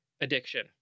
addiction